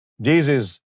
Jesus